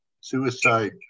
suicide